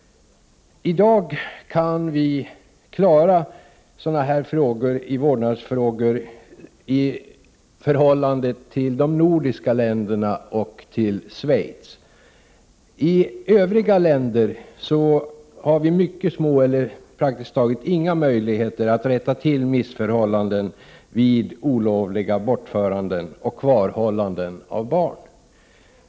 I dag kan vi klara sådana här vårdnadsfrågor i förhållande till de nordiska länderna och till Schweiz. När det gäller övriga länder har vi mycket små eller praktiskt taget inga möjligheter att rätta till missförhållanden vid olovliga bortföranden eller kvarhållanden av barn.